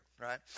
right